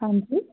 ਹਾਂਜੀ